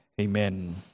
Amen